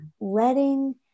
letting